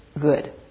good